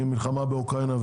מהמלחמה באוקראינה.